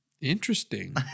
Interesting